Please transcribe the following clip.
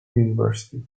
university